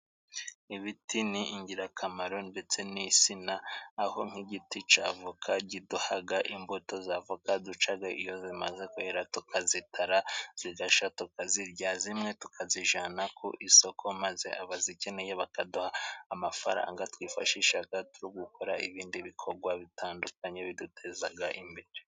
Ibiti ni ingirakamaro ndetse n'insina, aho nk'igiti cy'avoka kiduha imbuto z'avoka, duca iyo zimaze kwera, tukazitara zigashya, tukazirya zimwe tukazijyana ku isoko, maze abazikeneye bakaduha amafaranga twifashisha tugakora ibindi bikorwa bitandukanye biduteza imbere.